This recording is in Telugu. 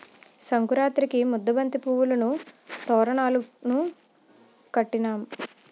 సంకురాతిరికి ముద్దబంతి పువ్వులును తోరణాలును కట్టినాం